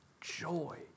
joy